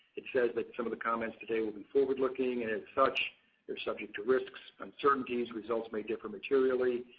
it says that some of the comments today will be forward looking and as such is subject to risks, uncertainties. results may differ materially.